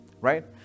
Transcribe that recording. right